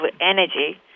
energy